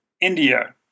India